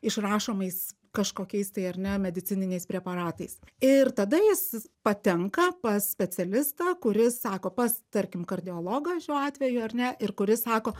išrašomais kažkokiais tai ar ne medicininiais preparatais ir tada jis patenka pas specialistą kuris sako pas tarkim kardiologą šiuo atveju ar ne ir kuris sako